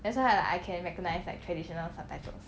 that's why I like can recognise like traditional subtitles